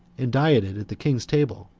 and dieted at the king's table,